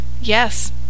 Yes